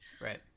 Right